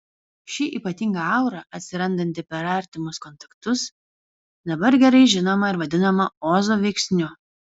ši ypatinga aura atsirandanti per artimus kontaktus dabar gerai žinoma ir vadinama ozo veiksniu